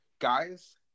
Guys